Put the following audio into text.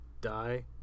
die